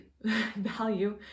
value